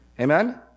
Amen